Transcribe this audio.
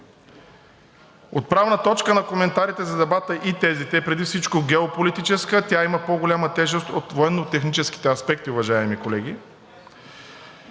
От правна точка на коментарите за дебата и тезите, преди всичко геополитическата, а тя има по-голяма тежест от военнотехническите аспекти, уважаеми колеги,